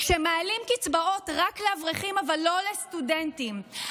כשמעלים קצבאות רק לאברכים אבל לא לסטודנטים,